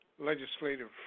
Legislative